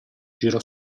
girò